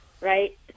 right